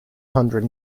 hundred